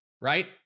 right